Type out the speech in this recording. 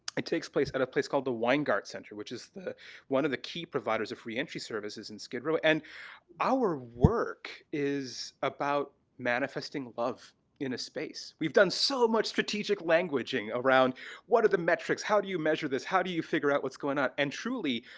it takes place at a place called the weingart center, which is the one of the key providers of reentry services in skid row. and our work is about manifesting love in a space we've done so much strategic languaging around what are the metrics? how do you measure this? how do you figure out what's going on? and truly,